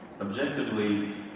objectively